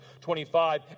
25